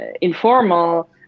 informal